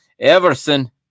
Everson